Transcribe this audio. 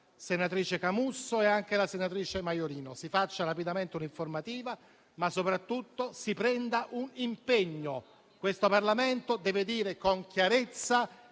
senatrici Camusso e Maiorino. Si faccia rapidamente un'informativa, ma soprattutto si prenda un impegno: questo Parlamento deve dire con chiarezza